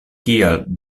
kial